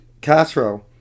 Castro